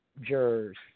jurors